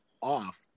off